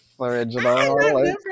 original